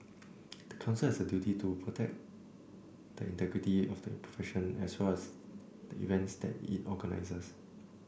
the Council has a duty to protect the integrity of the profession as well as the events that it organises